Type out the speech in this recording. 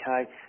Okay